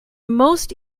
most